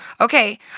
Okay